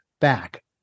back